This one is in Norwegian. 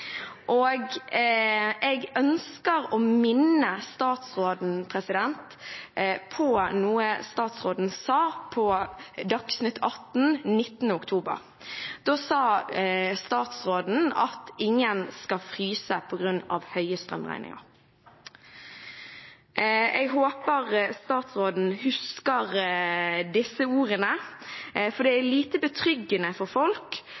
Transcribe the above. Jeg ønsker å minne statsråden på noe statsråden sa på Dagsnytt 18 den 19. oktober. Da sa statsråden at ingen skal fryse på grunn av høye strømregninger. Jeg håper statsråden husker disse ordene, for det er lite betryggende for folk